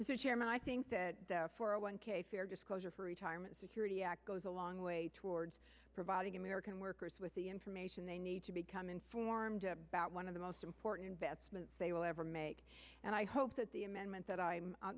chairman i think that for a one k fair disclosure for retirement security act goes a long way towards providing american workers with the information they need to become informed about one of the most important investments they will ever make and i hope that the amendment that i'm